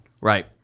Right